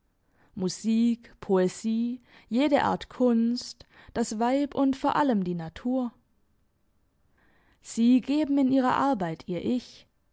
musik poesie jede art kunst das weib und vor allem die natur sie geben in ihrer arbeit ihr ich